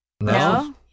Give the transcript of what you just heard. no